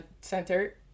center